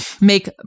make